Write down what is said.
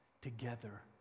together